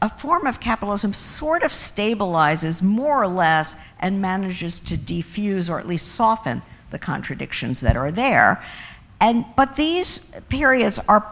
a form of capitalism sort of stabilizes more or less and manages to diffuse or at least soften the contradictions that are there and but these periods are